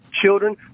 children